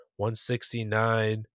169